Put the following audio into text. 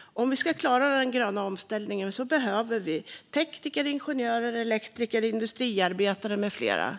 Om vi ska klara den gröna omställningen behöver vi tekniker, ingenjörer, elektriker, industriarbetare med flera.